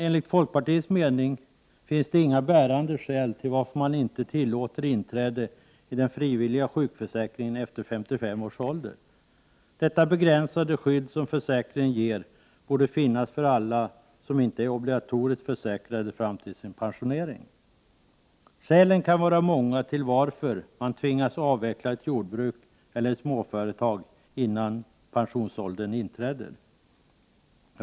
Enligt folkpartiets mening finns inga bärande skäl till att inte tillåta inträde i den frivilliga sjukförsäkringen efter 55 års ålder. Det begränsade skydd som försäkringen ger borde finnas för alla som inte är obligatoriskt försäkrade fram till sin pensionering. Skälen till att man tvingas avveckla ett jordbruk eller ett småföretag innan pensionsåldern inträder kan vara många.